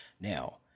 Now